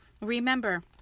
Remember